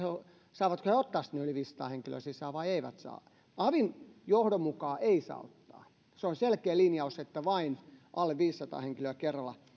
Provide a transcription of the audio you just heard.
saavatko he ottaa sinne yli viisisataa henkilöä sisään vai eivätkö saa avin johdon mukaan eivät saa ottaa se on selkeä linjaus että vain alle viisisataa henkilöä kerralla